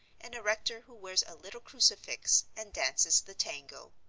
and a rector who wears a little crucifix and dances the tango.